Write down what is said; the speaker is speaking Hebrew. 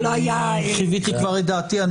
אני כבר חיוויתי את דעתי.